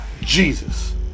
Jesus